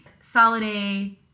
Soliday